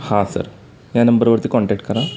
हां सर या नंबरवरती कॉन्टॅक्ट करा